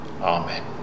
Amen